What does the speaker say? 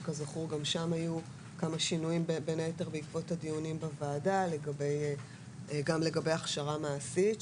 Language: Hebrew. שכזכור שגם שם היו כמה שינויים בעקבות הדיונים בוועדה לגבי הכשרה מעשית,